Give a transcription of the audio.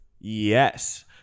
Yes